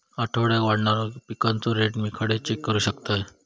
आठवड्याक वाढणारो पिकांचो रेट मी खडे चेक करू शकतय?